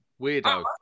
weirdo